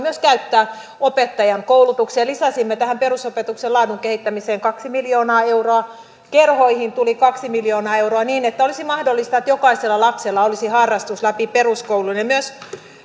myös käyttää opettajankoulutukseen ja lisäsimme tähän perusopetuksen laadun kehittämiseen kaksi miljoonaa euroa kerhoihin tuli kaksi miljoonaa euroa niin että olisi mahdollista että jokaisella lapsella olisi harrastus läpi peruskoulun ja myös